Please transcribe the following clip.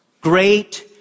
great